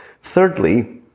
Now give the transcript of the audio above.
Thirdly